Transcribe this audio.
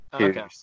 Okay